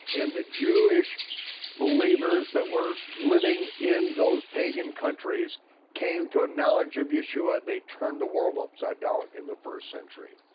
and the jewish believers that were living in those pagan countries came to a knowledge of yeshua, they turned the world upside down in the first century.